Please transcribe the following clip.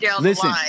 Listen